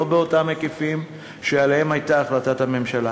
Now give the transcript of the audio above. לא באותם היקפים שעליהם הייתה החלטת הממשלה.